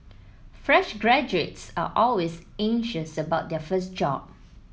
fresh graduates are always anxious about their first job